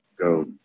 go